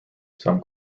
some